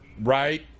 right